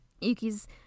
Yuki's